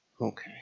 Okay